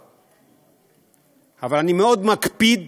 אבל אני מאוד מקפיד